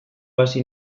hasi